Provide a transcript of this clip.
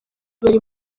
bari